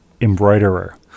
embroiderer